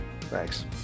thanks